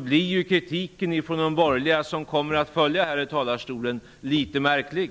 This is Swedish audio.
blir den kritik från de borgerliga som kommer att följa här i talarstolen litet märklig.